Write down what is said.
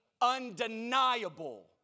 undeniable